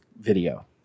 video